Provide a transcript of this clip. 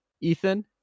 Ethan